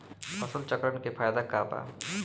फसल चक्रण के फायदा का बा?